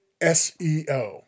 SEO